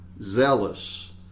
zealous